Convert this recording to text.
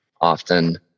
often